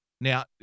Now